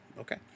Okay